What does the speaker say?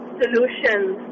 solutions